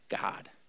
God